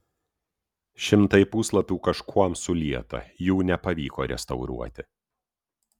šimtai puslapių kažkuom sulieta jų nepavyko restauruoti